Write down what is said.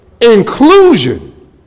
Inclusion